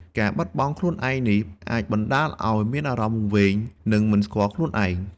ការបាត់បង់ខ្លួនឯងនេះ អាចបណ្តាលឲ្យមានអារម្មណ៍វង្វេង និងមិនស្គាល់ខ្លួនឯង។